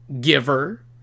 giver